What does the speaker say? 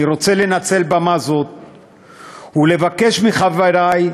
אני רוצה לנצל במה זו ולבקש מחברי,